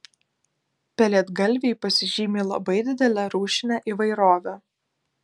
pelėdgalviai pasižymi labai didele rūšine įvairove